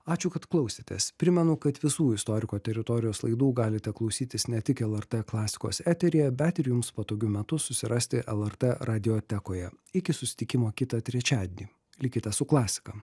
ačiū kad klausėtės primenu kad visų istoriko teritorijos laidų galite klausytis ne tik lrt klasikos eteryje bet ir jums patogiu metu susirasti lrt radiotekoje iki susitikimo kitą trečiadienį likite su klasika